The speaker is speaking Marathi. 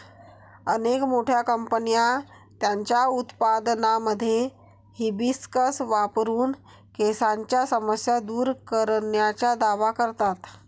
अनेक मोठ्या कंपन्या त्यांच्या उत्पादनांमध्ये हिबिस्कस वापरून केसांच्या समस्या दूर करण्याचा दावा करतात